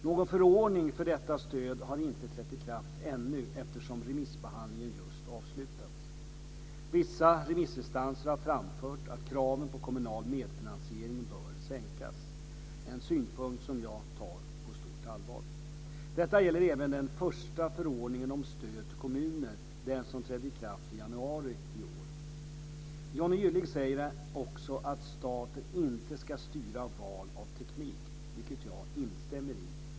Någon förordning för detta stöd har inte trätt i kraft ännu eftersom remissbehandlingen just avslutats. Vissa remissinstanser har framfört att kraven på kommunal medfinansiering bör sänkas, en synpunkt som jag tar på stort allvar. Detta gäller även den första förordningen om stöd till kommuner, den som trädde i kraft i januari i år. Johnny Gylling säger också att staten inte ska styra val av teknik, vilket jag instämmer i.